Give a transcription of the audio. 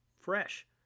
fresh